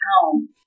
home